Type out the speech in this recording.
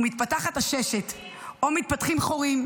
ומתפתחת עששת או מתפתחים חורים,